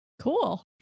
Cool